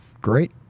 Great